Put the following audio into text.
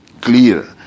clear